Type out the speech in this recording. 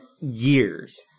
years